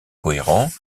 cohérent